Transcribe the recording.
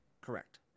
Correct